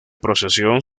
procesión